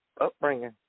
upbringing